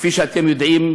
כפי שאתם יודעים,